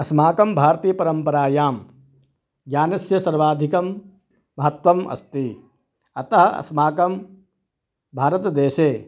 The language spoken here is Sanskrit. अस्माकं भारतीयपरम्परायां ज्ञानस्य सर्वाधिकं महत्त्वम् अस्ति अतः अस्माकं भारतदेशे